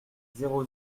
zéro